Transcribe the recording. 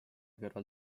kõrval